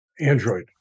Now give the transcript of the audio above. Android